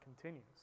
continues